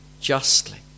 justly